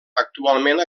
actualment